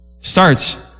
Starts